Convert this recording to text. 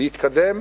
ולהתקדם,